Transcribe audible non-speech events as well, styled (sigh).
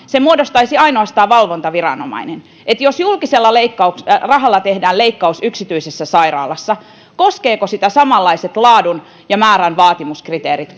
jonka muodostaisi ainoastaan valvontaviranomainen sen suhteen että jos julkisella rahalla tehdään leikkaus yksityisessä sairaalassa koskevatko sitä samanlaiset laadun ja määrän vaatimuskriteerit (unintelligible)